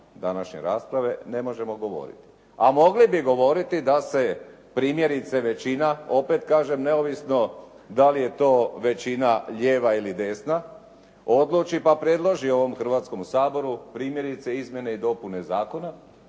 današnje rasprave ne možemo govoriti, a mogli bi govoriti da se primjerice većina opet kažem neovisno da li je to većina lijeva ili desna odluči pa predloži ovom Hrvatskom saboru primjerice izmjene i dopune zakona